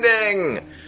ending